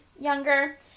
younger